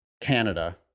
Canada